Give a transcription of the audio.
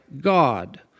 God